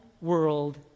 world